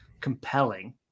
compelling